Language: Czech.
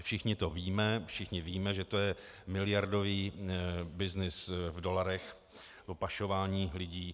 Všichni to víme, všichni víme, že to je miliardový byznys v dolarech, to pašování lidí.